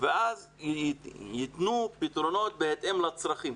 ואז ייתנו פתרונות בהתאם לצרכים.